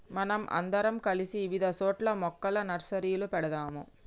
మనం అందరం కలిసి ఇవిధ సోట్ల మొక్కల నర్సరీలు పెడదాము